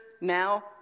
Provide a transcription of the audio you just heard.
now